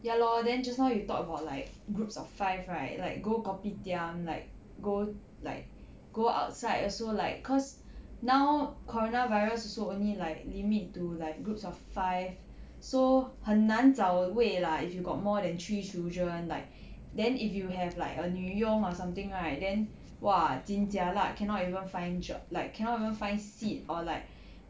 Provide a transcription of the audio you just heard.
ya lor then just now you talk about like groups of five right like go kopitiam like go like go outside also like cause now corona virus also only like limit to like groups of five so 很难找位 lah if you got more than three children like then if you have like a 女佣 or something right then !wah! jin jialat cannot even find job like cannot even find seat or like